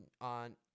on